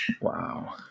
wow